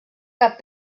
cap